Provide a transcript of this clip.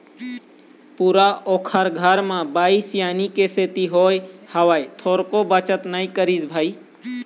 पूरा ओखर घर म बाई सियानी के सेती होय हवय, थोरको बचत नई करिस भई